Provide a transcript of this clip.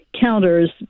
counters